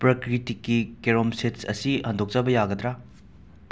ꯄ꯭ꯔꯀ꯭ꯔꯤꯇꯤꯛꯀꯤ ꯀꯦꯔꯣꯝ ꯁꯤꯗꯁ ꯑꯁꯤ ꯍꯟꯗꯣꯛꯆꯕ ꯌꯥꯒꯗ꯭ꯔ